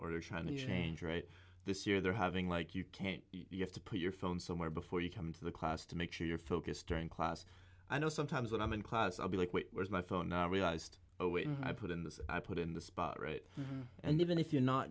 or trying to change right this year they're having like you can't you have to put your phone somewhere before you come to the class to make sure you're focused during class i know sometimes when i'm in class i'll be like where's my phone now realized when i put in the i put in the spot right and even if you're not